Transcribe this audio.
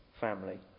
family